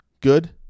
good